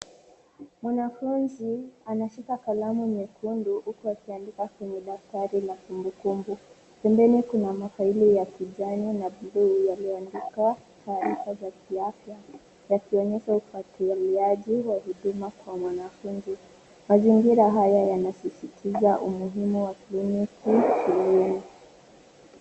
Mwanafunzi, anashika kalamu nyekundu, huku akiandika kwenye daftari la kumbukumbu. Pembeni kuna mafaili ya kijani na bluu, yalioandikwa taarifa za kiafya, yakionyesha ufutiliaji wa huduma kwa mwanafunzi. Mazingira haya yanasisitiza umuhimu wa kliniki shuleni.